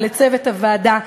ולצוות הוועדה,